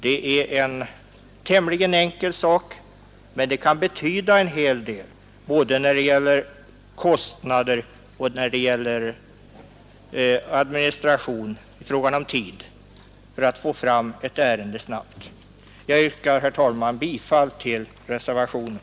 Det är en tämligen enkel sak, men den kan betyda en hel del både när det gäller kostnader, administration och snabbhet vid ärendenas behandling. Jag yrkar, herr talman, bifall till reservationen.